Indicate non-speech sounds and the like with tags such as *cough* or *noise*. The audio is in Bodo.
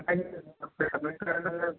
*unintelligible*